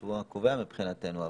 שהוא הקובע מבחינתנו.